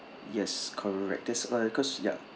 yes correct that's uh cause ya